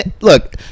look